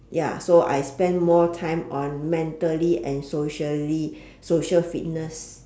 ya so I spend more time on mentally and socially social fitness